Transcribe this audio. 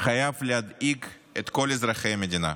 חייב להדאיג את כל אזרחי המדינה.